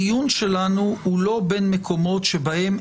אם סבר,